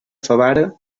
favara